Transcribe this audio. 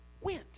went